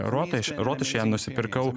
rotušė rotušėje nusipirkau